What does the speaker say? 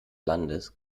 landes